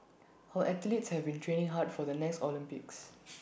our athletes have been training hard for the next Olympics